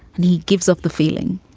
and he gives up the feeling.